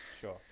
Sure